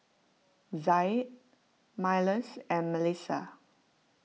Zaid Myles and Melisa